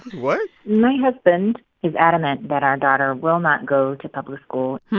what? my husband is adamant that our daughter will not go to public school hm?